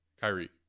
Kyrie